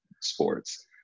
sports